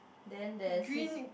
then there sea sick